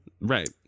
Right